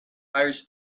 hires